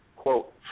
quote